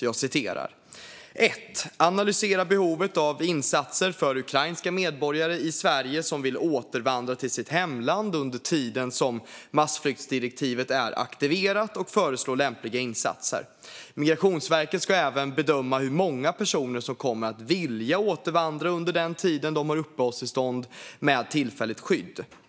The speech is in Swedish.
För det första: "Analysera behovet av insatser för ukrainska medborgare i Sverige som vill återvandra till sitt hemland under tiden som massflyktsdirektivet är aktiverat och föreslå lämpliga insatser. Migrationsverket ska även bedöma hur många personer som kommer att vilja återvandra under tiden de har uppehållstillstånd med tillfälligt skydd."